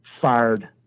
fired